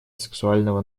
сексуального